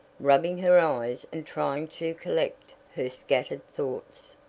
rubbing her eyes and trying to collect her scattered thoughts.